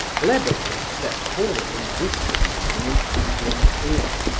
lebedeff stepped forward and whispered something in parfen's ear.